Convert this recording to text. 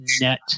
net